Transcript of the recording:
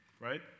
right